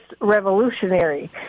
revolutionary